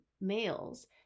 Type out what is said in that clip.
males